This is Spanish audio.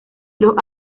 los